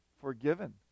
forgiven